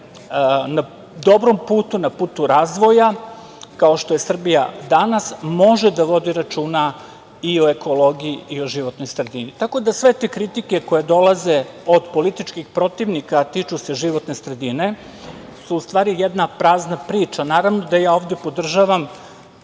na dobrom putu, na putu razvoja, kao što je Srbija danas može da vodi računa i o ekologiji i o životnoj sredini. Tako da sve te kritike koje dolaze od političkih protivnika, a tiču se životne sredine, su u stvari jedna prazna priča. Naravno da ovde podržavam